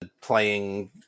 playing